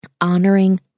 honoring